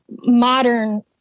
modern